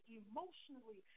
emotionally